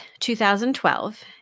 2012